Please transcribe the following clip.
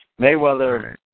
Mayweather